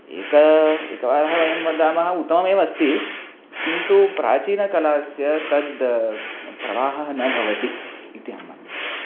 एका एकवारं वयं वदामः उत्तममेव अस्ति किन्तु प्राचीनकलायाः तद् प्रवाहः न भवति इति अहं मन्ये